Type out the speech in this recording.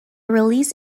release